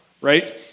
right